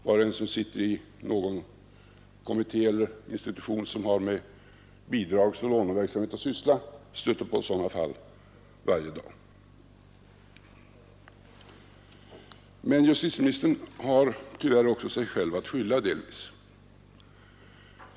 Var och en som sitter i någon kommitté eller institution som har med bidragsoch låneverksamhet att göra stöter varje dag på sådana fall. Men justitieministern har tyvärr delvis också sig själv att skylla.